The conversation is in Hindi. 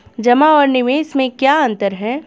जमा और निवेश में क्या अंतर है?